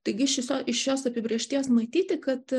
taigi iš viso iš šios apibrėžties matyti kad